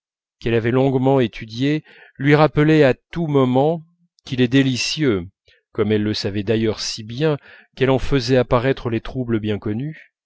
qu'elle avait longuement étudiés lui rappelaient à tous moments qu'il est délicieux comme elle le savait d'ailleurs si bien qu'elle en faisait apparaître les troubles bien connus